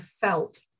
felt